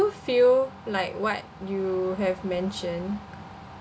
feel like what you have mentioned